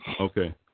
Okay